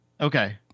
Okay